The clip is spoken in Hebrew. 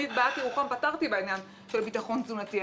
אני את בעיית ירוחם פתרתי בעניין של ביטחון תזונתי.